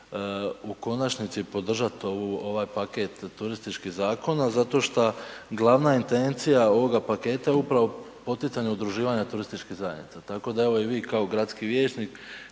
u konačnici podržat ovu, ovaj paket turističkih zakona zato šta glavna intencija ovoga paketa je upravo poticanje udruživanja turističkih zajednica. Tako da evo i vi kao gradski vijećnik,